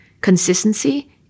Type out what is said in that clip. consistency